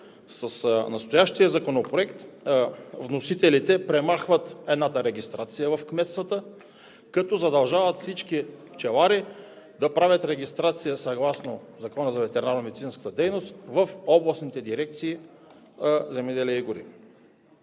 С настоящия Законопроект вносителите премахват регистрацията в кметствата, като задължават всички пчелари да правят регистрация съгласно Закона за ветеринарномедицинската дейност в областните дирекции „Земеделие и гори“.